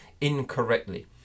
incorrectly